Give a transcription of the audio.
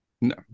no